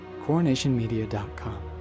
coronationmedia.com